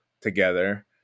together